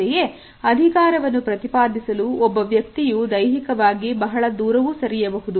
ಅಂತೆಯೇ ಅಧಿಕಾರವನ್ನು ಪ್ರತಿಪಾದಿಸಲು ಒಬ್ಬ ವ್ಯಕ್ತಿಯು ದೈಹಿಕವಾಗಿ ಬಹಳ ದೂರವು ಸರಿಯಬಹುದು